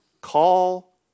Call